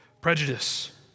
prejudice